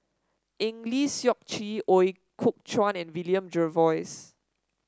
Eng Lee Seok Chee Ooi Kok Chuen and William Jervois